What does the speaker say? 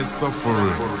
suffering